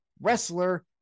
wrestler